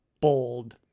bold